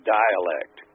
dialect